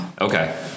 Okay